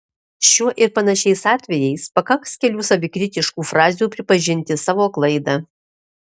šiuo ir panašiais atvejais pakaks kelių savikritiškų frazių pripažinti savo klaidą